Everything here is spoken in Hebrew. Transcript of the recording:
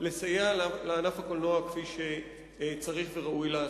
לסייע לענף הקולנוע כפי שצריך וראוי לעשות.